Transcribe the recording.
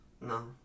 No